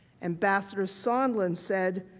ambassador someone said,